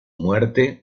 muerte